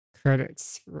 Credits